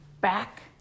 back